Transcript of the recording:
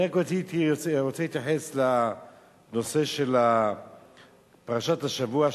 אני רוצה להתייחס לנושא של פרשת השבוע.